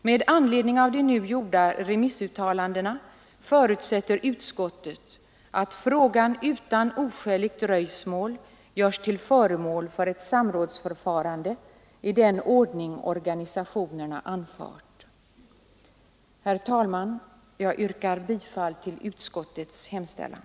Med anledning av de nu gjorda remissuttalandena förutsätter utskottet att frågan utan oskäligt dröjsmål görs till föremål för ett samrådsförfarande i den ordning organisationerna anfört.” Herr talman! Jag yrkar bifall till utskottets hemställan.